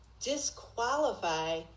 disqualify